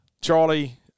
Charlie